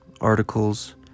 articles